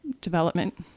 development